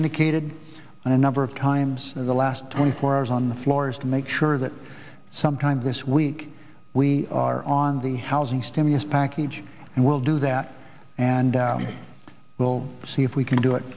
indicated a number of times in the last twenty four hours on the floor is to make sure that sometime this week we are on the housing stimulus package and we'll do that and we will see if we can do it